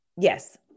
Yes